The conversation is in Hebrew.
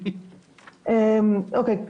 אוקי,